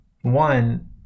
one